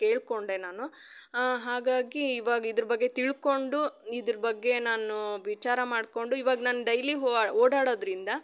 ಕೇಳಿಕೊಂಡೆ ನಾನು ಹಾಗಾಗಿ ಇವಾಗ ಇದ್ರ ಬಗ್ಗೆ ತಿಳ್ಕೊಂಡು ಇದ್ರ ಬಗ್ಗೆ ನಾನೂ ವಿಚಾರ ಮಾಡಿಕೊಂಡು ಇವಾಗ ನಾನು ಡೈಲಿ ಹುವ ಓಡಾಡೋದರಿಂದ